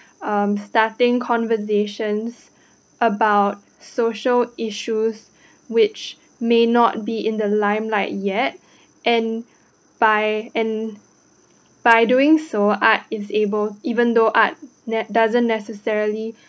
um starting conversations about social issues which may not be in the line like yet and by and by doing so art is able even though art ne~ doesn't necessarily